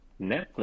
Netflix